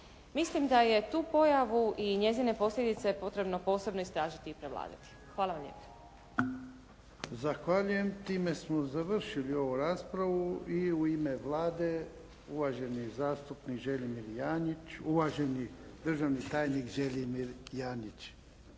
Mislim da je tu pojavu i njezine posljedice potrebno posebno istražiti i prevladati. Hvala lijepo.